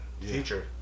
future